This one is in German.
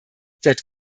seit